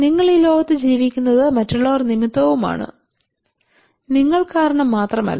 നിങ്ങൾ ഈ ലോകത്ത് ജീവിക്കുന്നത് മറ്റുള്ളവർ നിമിത്തവുമാണ് നിങ്ങൾ കാരണം മാത്രമല്ല